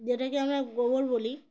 যেটাকে আমরা গোবর বলি